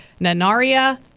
Nanaria